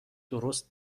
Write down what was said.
درست